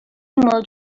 molt